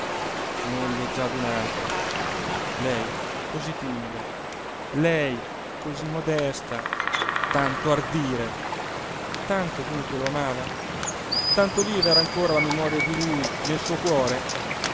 moglie già d'un altro lei cosí timida lei cosí modesta tanto ardire tanto dunque lo amava tanto viva era ancora la memoria di lui nel suo cuore